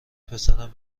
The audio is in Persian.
پسرم